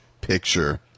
picture